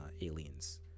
aliens